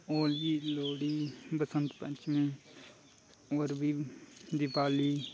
होर बी होली बसंत पंचमीं होर बी दिपावली